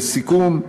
לסיכום: